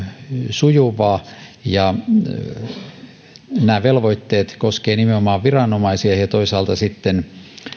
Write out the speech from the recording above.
sujuvaa nämä velvoitteet koskevat nimenomaan viranomaisia ja toisaalta sitten